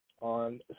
on